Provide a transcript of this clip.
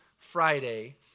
Friday